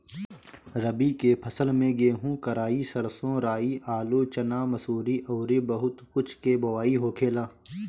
रबी के फसल में गेंहू, कराई, सरसों, राई, आलू, चना, मसूरी अउरी बहुत कुछ के बोआई होखेला